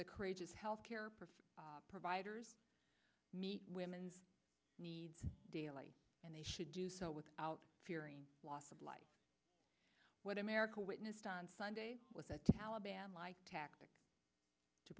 the courageous health care providers women's needs daily and they should do so without fearing loss of life what america witnessed on sunday with the taliban tactic to